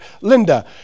Linda